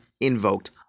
invoked